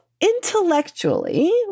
intellectually